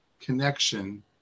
connection